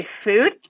food